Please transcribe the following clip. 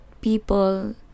people